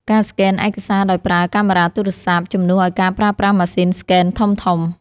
ការស្កេនឯកសារដោយប្រើកាមេរ៉ាទូរស័ព្ទ ជំនួសឱ្យការប្រើប្រាស់ម៉ាស៊ីនស្កេនធំៗ។